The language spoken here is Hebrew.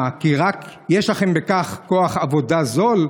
מה, כי רק יש לכם בכך כוח עבודה זול?